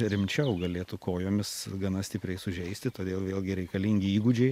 rimčiau galėtų kojomis gana stipriai sužeisti todėl vėlgi reikalingi įgūdžiai